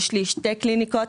יש לי שתי קליניקות,